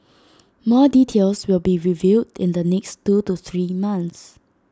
more details will be revealed in the next two to three months